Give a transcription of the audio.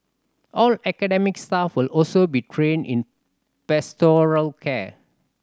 all academic staff will also be trained in pastoral care